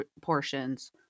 portions